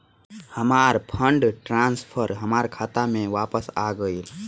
हमार fund transfer हमार खाता में वापस आ गइल